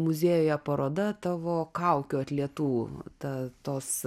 muziejuje paroda tavo kaukių atlietų ta tos